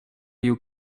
you